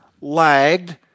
lagged